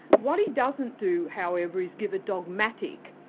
what he doesn't do, however, is give a dogmatic,